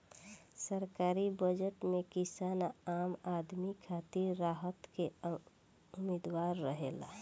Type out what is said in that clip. सरकारी बजट में किसान आ आम आदमी खातिर राहत के उम्मीद रहेला